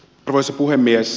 arvoisa puhemies